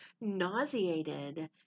nauseated